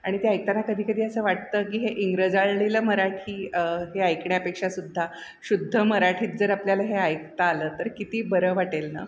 आणि ते ऐकताना कधी कधी असं वाटतं की हे इंग्रजाळलेलं मराठी हे ऐकण्यापेक्षा सुद्धा शुद्ध मराठीत जर आपल्याला हे ऐकता आलं तर किती बरं वाटेल ना